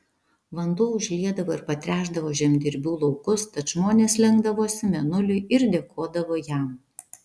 vanduo užliedavo ir patręšdavo žemdirbių laukus tad žmonės lenkdavosi mėnuliui ir dėkodavo jam